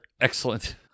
excellent